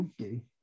Okay